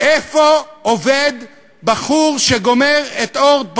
איפה עובד בחור שגומר את "אורט בראודה"